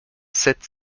sept